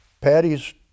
Patty's